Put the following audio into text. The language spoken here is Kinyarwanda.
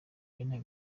aline